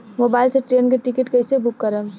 Mobile से train के ticket कैसे बूक करेम?